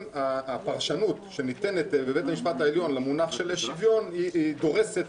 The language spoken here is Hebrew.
הפרשנות שניתנת בבית המשפט העליון למונח "שוויון" דורסת